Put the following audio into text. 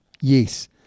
Yes